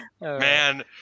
man